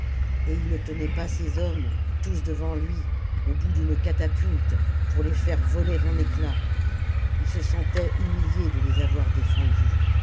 et il ne tenait pas ces hommes tous devant lui au bout d'une catapulte pour les faire voler en éclats ii se sentait humilié de les avoir défendus